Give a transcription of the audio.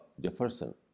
Jefferson